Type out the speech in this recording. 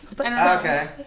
Okay